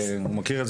ונציע נוסח לפעם